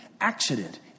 accident